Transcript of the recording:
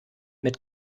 mit